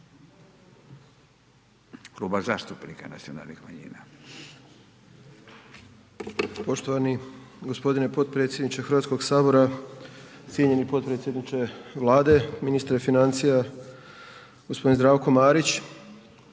Kluba zastupnika nacionalnih manjina.